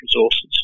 resources